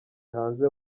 hanze